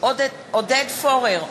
עודד פורר,